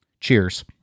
Cheers